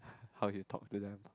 how you talk to them